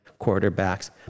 quarterbacks